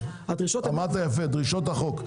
אמרתם יפה דרישות החוק.